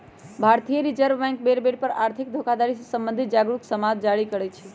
भारतीय reserve bank बेर बेर पर आर्थिक धोखाधड़ी से सम्बंधित जागरू समाद जारी करइ छै